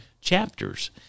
chapters